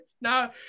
no